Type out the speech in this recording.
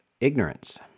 ignorance